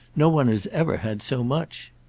no one has ever had so much.